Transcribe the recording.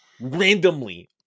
randomly